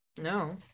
no